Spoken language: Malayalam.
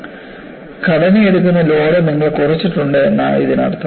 ഘടനയെടുക്കുന്ന ലോഡ് നിങ്ങൾ കുറച്ചിട്ടുണ്ട് എന്നാണ് ഇതിനർത്ഥം